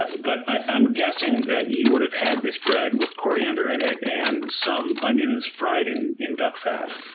but but i'm guessing that you would have had this bread with coriander in it and some onions fried in in duck fat.